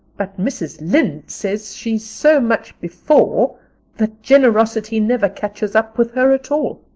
but mrs. lynde says she's so much before that generosity never catches up with her at all.